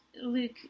Luke